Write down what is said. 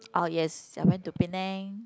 orh yes I went to Penang